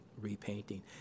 repainting